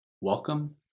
welcome